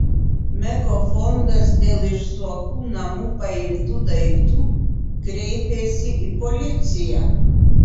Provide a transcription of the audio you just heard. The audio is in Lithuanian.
meko fondas dėl iš zuokų namų paimtų daiktų kreipėsi į policiją